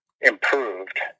improved